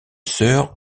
sœurs